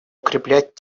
укреплять